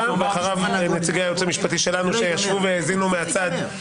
ואחריו נציגי הייעוץ המשפטי שלנו שישבו והאזינו מהצד.